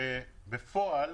ובפועל